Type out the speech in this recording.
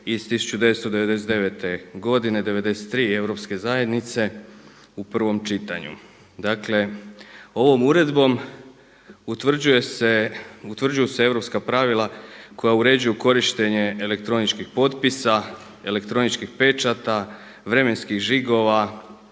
iz 1999. godine 93 EZ u prvom čitanju. Dakle ovom uredbom utvrđuju se europska pravila koja uređuju korištenje elektroničkih potpisa, elektroničkih pečata, vremenskih žigova,